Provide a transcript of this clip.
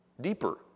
deeper